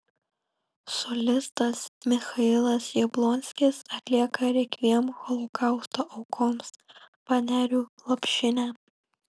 solistas michailas jablonskis atlieka rekviem holokausto aukoms panerių lopšinę